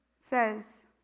says